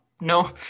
no